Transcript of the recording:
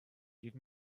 give